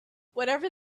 whatever